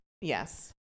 Yes